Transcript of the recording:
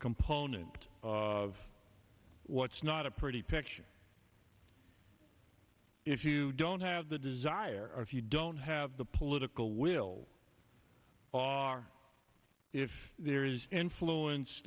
component of what's not a pretty picture if you don't have the desire you don't have the political will or if there is influence